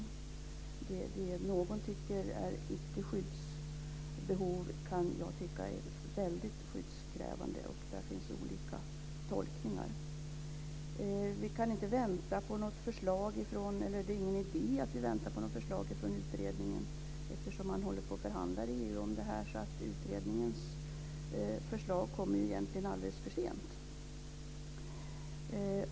Det någon anser vara icke skyddsbehov kan jag tycka är mycket skyddskrävande. Där finns olika tolkningar. Det är ingen idé att vi väntar på något förslag från utredningen eftersom det förhandlas i EU. Utredningens förslag kommer egentligen alldeles för sent.